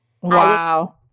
Wow